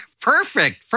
Perfect